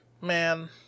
Man